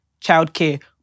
childcare